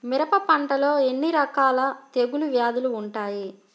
మిరప పంటలో ఎన్ని రకాల తెగులు వ్యాధులు వుంటాయి?